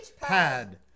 pad